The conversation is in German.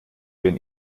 wenn